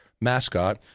mascot